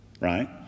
right